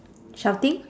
shouting